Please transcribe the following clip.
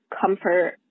comfort